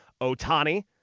Otani